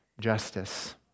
justice